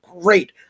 great